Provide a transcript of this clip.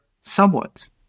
somewhat